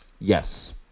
Yes